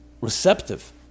receptive